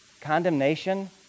Condemnation